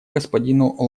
господину